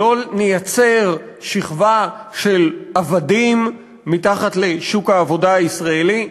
שלא נייצר שכבה של עבדים מתחת לשוק העבודה הישראלי,